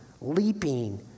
leaping